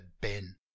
ben